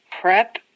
prep